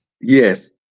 yes